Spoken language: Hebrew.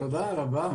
תודה רבה.